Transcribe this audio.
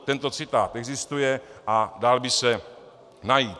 Tento citát existuje a dal by se najít.